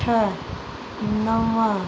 छह नव